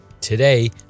Today